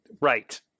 Right